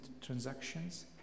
transactions